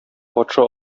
патша